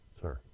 sir